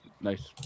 nice